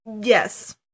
Yes